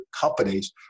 companies